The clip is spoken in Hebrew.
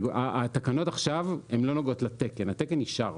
התקנות עכשיו לא נוגעות לתקן, התקן נשאר.